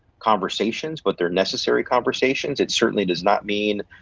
conversations but they're necessary conversations, it certainly does not mean.